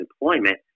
employment